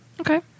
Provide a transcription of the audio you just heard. Okay